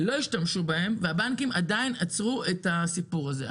לא השתמשו בהם והבנקים עצרו את הסיפור הזה.